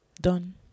done